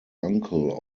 uncle